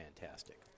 fantastic